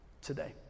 today